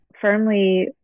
firmly